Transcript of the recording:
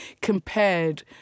compared